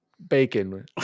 bacon